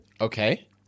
Okay